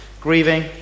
grieving